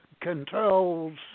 controls